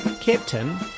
Captain